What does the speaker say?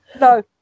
No